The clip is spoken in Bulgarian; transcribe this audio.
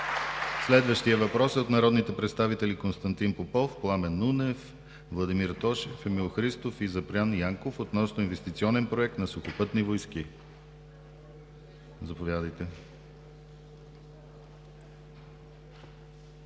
Следващият въпрос е от народните представители Константин Попов, Пламен Нунев, Владимир Тошев, Емил Христов и Запрян Янков относно инвестиционен проект на Сухопътни войски. Заповядайте.